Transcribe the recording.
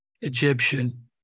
Egyptian